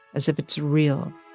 as if it's real